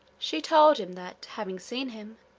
she told him that, having seen him,